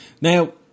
Now